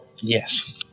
Yes